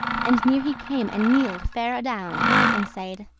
and near he came, and kneeled fair adown, and saide,